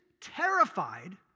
terrified